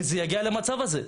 זה יגיע למצב הזה.